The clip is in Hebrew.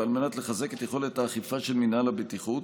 ועל מנת לחזק את יכולות האכיפה של מינהל הבטיחות,